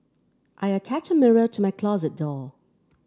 I attached a mirror to my closet door